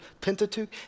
Pentateuch